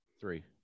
Three